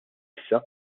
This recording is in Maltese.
issa